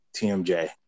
TMJ